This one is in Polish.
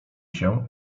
się